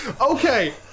Okay